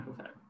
okay